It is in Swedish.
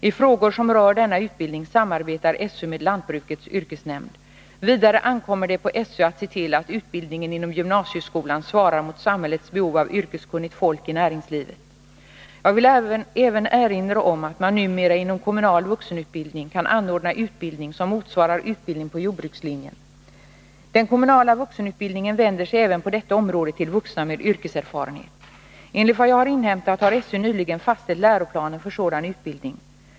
I frågor som rör denna utbildning samarbetar SÖ med lantbrukets yrkesnämnd. Vidare ankommer det på SÖ att se till att utbildningen inom gymnasieskolan svarar mot samhällets behov av yrkeskunnigt folk i näringslivet. Jag vill även erinra om att man numera inom kommunal vuxenutbildning kan anordna utbildning som motsvarar utbildning på jordbrukslinjen. Den kommunala vuxenutbildningen vänder sig även på detta område till vuxna med yrkeserfarenhet. Enligt vad jag har inhämtat har SÖ nyligen fastställt läroplaner för sådan utbildning.